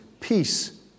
peace